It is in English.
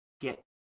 get